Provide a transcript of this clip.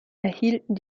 erhielten